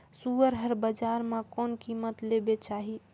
सुअर हर बजार मां कोन कीमत ले बेचाही?